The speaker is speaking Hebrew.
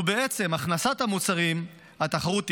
ובעצם הכנסת המוצרים התחרות תגבר,